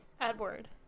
edward